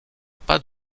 pas